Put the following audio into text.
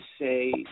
say